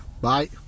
Bye